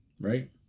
right